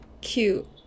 cute